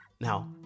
now